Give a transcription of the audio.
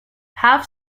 have